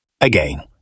Again